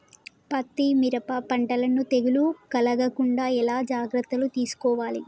పత్తి మిరప పంటలను తెగులు కలగకుండా ఎలా జాగ్రత్తలు తీసుకోవాలి?